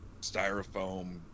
styrofoam